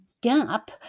gap